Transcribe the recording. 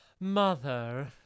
Mother